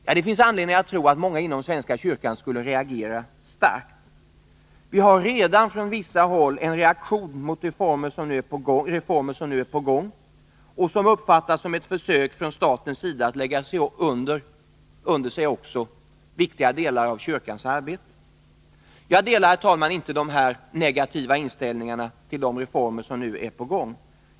Ja, det finns anledning att tro att många inom svenska kyrkan skulle reagera starkt. Vi har redan från vissa håll en reaktion mot de reformer som nu är på gång och som uppfattas som ett försök från statens sida att lägga under sig också viktiga delar av kyrkans arbete. Herr talman! Jag delar inte denna negativa inställning till de reformer som nu är på gång.